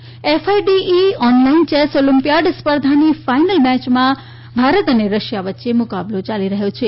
chess FIDE online chess Olympiad સ્પર્ધાની final મેચમાં ભારત અને રશિયા વચ્ચે મુકાબલો યાલી રહયો છે